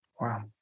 Wow